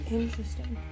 Interesting